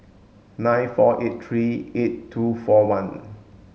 nine four eight three eight two four one